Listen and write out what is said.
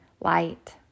light